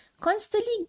constantly